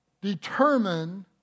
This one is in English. determine